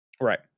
Right